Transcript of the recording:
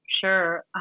Sure